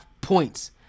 points